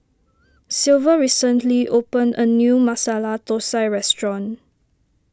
Silver recently opened a new Masala Thosai restaurant